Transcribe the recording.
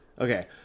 Okay